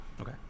Okay